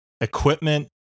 equipment